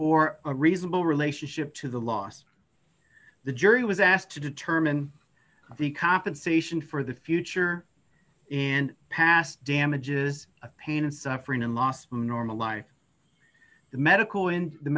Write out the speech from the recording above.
for a reasonable relationship to the last the jury was asked to determine the compensation for the future in past damages of pain and suffering and loss from normal life the medical in the